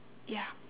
ya